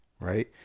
right